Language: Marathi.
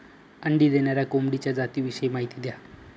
अंडी देणाऱ्या कोंबडीच्या जातिविषयी माहिती द्या